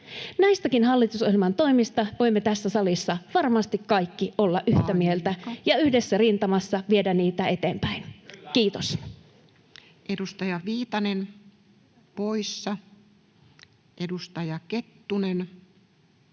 Näistäkin hallitusohjelman toimista voimme tässä salissa varmasti kaikki olla yhtä mieltä ja [Puhemies: Aika!] yhdessä rintamassa viedä niitä eteenpäin. — Kiitos. Edustaja Viitanen poissa, edustaja Kettunen